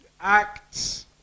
acts